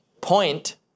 Point